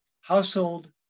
household